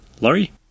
Laurie